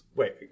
Wait